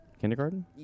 kindergarten